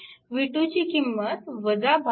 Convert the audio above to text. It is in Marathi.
v2 ची किंमत 72